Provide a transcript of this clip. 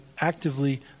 actively